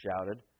shouted